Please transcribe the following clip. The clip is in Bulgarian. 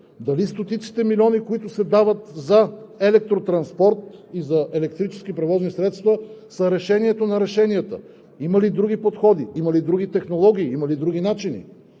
дали стотиците милиони, които се дават за електротранспорт и електрически превозни средства, са решението на решенията? Има ли други подходи, има ли други технологии, има ли други начини?